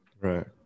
Right